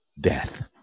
death